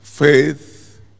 Faith